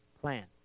plan